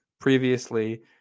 previously